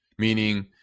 Meaning